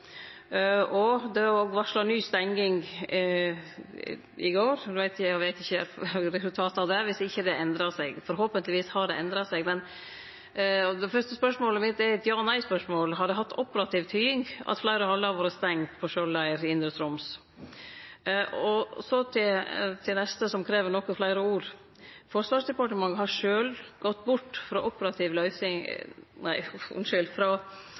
brannfare». Det var varsla ny stenging i går – eg veit ikkje resultatet av det – dersom det ikkje endra seg. Forhåpentlegvis har det endra seg. Det fyrste spørsmålet mitt er et ja- eller nei-spørsmål: Har det hatt operativ tyding at fleire hallar har vore stengde på Skjold leir i indre Troms? Og så til det neste, som krev nokre fleire ord: Forsvarsdepartementet har sjølv gått bort frå å ha privat løysing